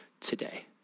today